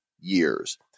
years